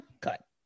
Cut